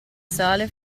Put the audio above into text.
sale